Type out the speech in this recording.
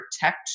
protect